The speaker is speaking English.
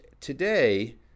today